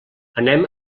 anem